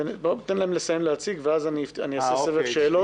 תן להם לסיים להציג ואז אני אעשה סבב שאלות.